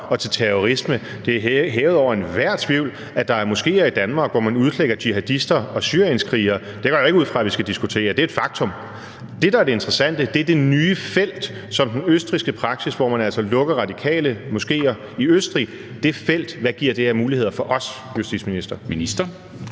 og til terrorisme. Det er hævet over enhver tvivl, at der er moskéer i Danmark, hvor man udklækker jihadister og syrienskrigere. Det går jeg ikke ud fra vi skal diskutere; det er et faktum. Det, der er det interessante, er det nye felt, den østrigske praksis, hvor man altså lukker radikale moskéer i Østrig. Hvad giver det felt af muligheder for os, justitsminister?